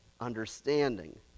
understanding